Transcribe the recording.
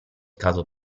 caso